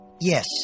Yes